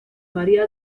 maría